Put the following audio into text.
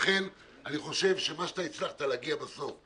לכן אני חושב שמה שהצלחת להגיע אליו בסוף,